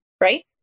right